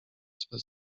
swe